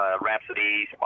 Rhapsody